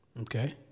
Okay